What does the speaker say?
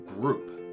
group